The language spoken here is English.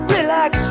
Relax